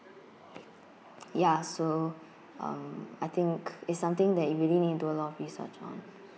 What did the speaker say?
ya so um I think it's something that you really need to do a lot of research on